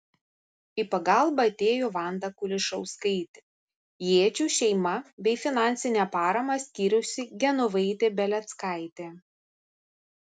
į pagalbą atėjo vanda kulišauskaitė jėčių šeima bei finansinę paramą skyrusi genovaitė beleckaitė